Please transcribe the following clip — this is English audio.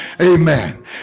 Amen